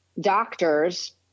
doctors